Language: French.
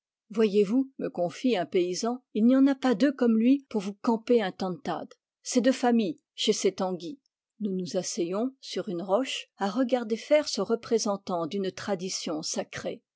voyez-vous me confie un paysan il n'y en a pas deux comme lui pour vous camper un tantad c'est de famille chez ces tanguy nous nous asseyons sur une roche à regarder faire ce représentant d'une tradition sacrée